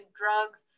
drugs